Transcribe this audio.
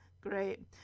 Great